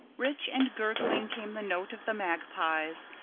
rich and gurgling came the note of the magpies,